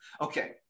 Okay